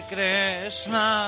Krishna